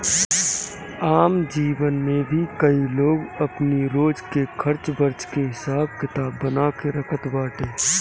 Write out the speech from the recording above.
आम जीवन में भी कई लोग अपनी रोज के खर्च वर्च के हिसाब किताब बना के रखत बाटे